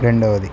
రెండవది